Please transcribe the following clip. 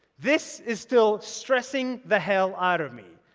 this is still stressing the hell out of me.